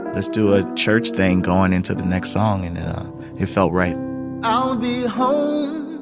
let's do a church thing going into the next song. and it felt right i'll be home